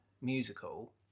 musical